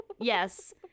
Yes